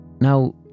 now